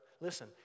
Listen